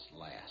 last